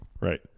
Right